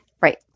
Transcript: Right